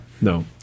No